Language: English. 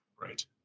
Right